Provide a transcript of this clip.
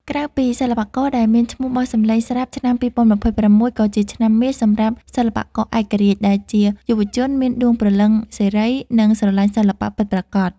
ក្រៅពីសិល្បករដែលមានឈ្មោះបោះសំឡេងស្រាប់ ឆ្នាំ ២០២៦ ក៏ជាឆ្នាំមាសសម្រាប់សិល្បករឯករាជ្យ ដែលជាយុវជនមានដួងព្រលឹងសេរី និងស្រឡាញ់សិល្បៈពិតប្រាកដ។